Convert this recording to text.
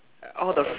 all the